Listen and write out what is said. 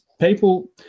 People